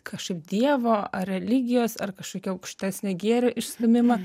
kažkaip dievo ar religijos ar kažkokio aukštesnio gėrio išstūmimą